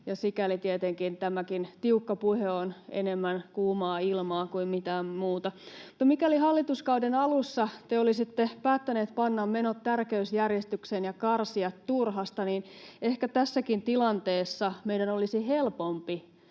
tietenkin tämäkin tiukka puhe on enemmän kuumaa ilmaa kuin mitään muuta. No, mikäli hallituskauden alussa te olisitte päättäneet panna menot tärkeysjärjestykseen ja karsia turhasta, ehkä tässäkin tilanteessa meidän olisi helpompi